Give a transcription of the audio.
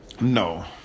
No